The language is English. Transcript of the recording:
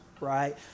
right